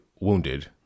wounded